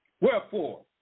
Wherefore